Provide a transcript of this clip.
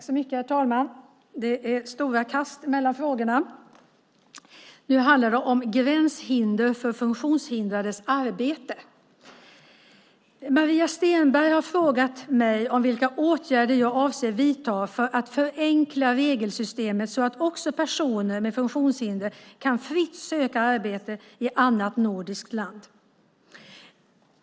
Herr talman! Det är stora kast mellan frågorna. Nu handlar det om gränshinder för funktionshindrades arbete. Maria Stenberg har frågat mig om vilka åtgärder jag avser att vidta för att förenkla regelsystemet så att också personer med funktionshinder fritt kan söka arbete i ett annat nordiskt land.